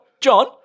John